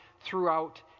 throughout